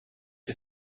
you